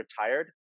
retired